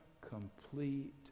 Complete